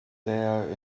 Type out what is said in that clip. there